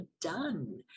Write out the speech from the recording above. done